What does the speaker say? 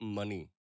money